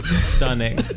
Stunning